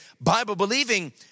Bible-believing